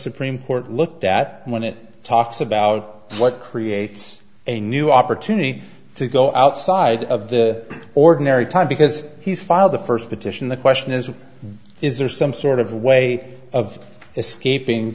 supreme court looked at when it talks about what creates a new opportunity to go outside of the ordinary time because he's filed the first petition the question is is there some sort of way of escaping